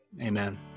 Amen